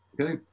Okay